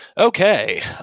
Okay